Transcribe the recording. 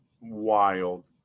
wild